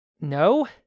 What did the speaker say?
No